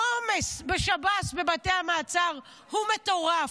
העומס בשב"ס, בבתי המעצר, הוא מטורף,